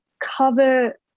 cover